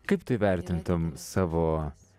kaip tu įvertintum savo juos